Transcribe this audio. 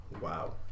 Wow